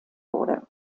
wurde